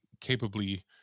capably